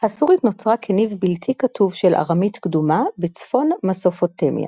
הסורית נוצרה כניב בלתי-כתוב של ארמית קדומה בצפון מסופוטמיה.